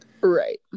right